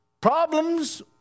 Problems